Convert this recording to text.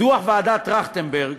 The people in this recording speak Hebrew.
בדוח ועדת טרכטנברג